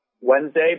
Wednesday